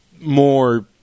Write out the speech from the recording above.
more